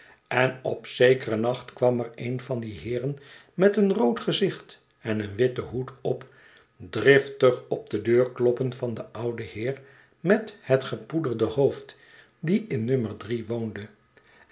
en op zekeren nacht kwam een van de heeren met een rood gezicht en een witten hoed op driftig op de deur kloppen van den ouden heer met net gepoederde hoofd die in no